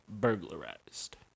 burglarized